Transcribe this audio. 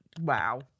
Wow